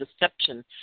deception